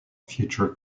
future